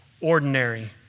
ordinary